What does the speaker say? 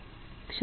ಕ್ಷಮಿಸಿ